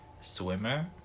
swimmer